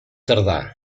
tardà